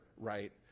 right